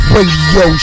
Radio